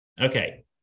Okay